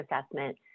assessment